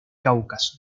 cáucaso